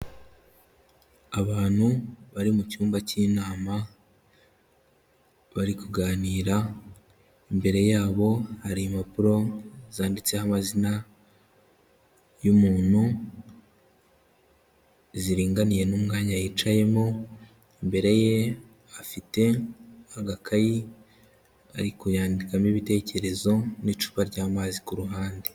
Abantu bari mu cyumba k'inama, bari kuganira, imbere yabo hari impapuro zanditseho amazina y'umuntu, ziringaniye n'umwanya yicayemo, imbere ye afite agakayi ari kuyandikamo ibitekerezo ,n'icupa ry'amazi kuruhande.